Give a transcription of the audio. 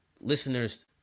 listeners